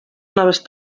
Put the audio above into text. noves